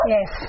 Yes